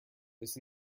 this